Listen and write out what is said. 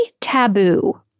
taboo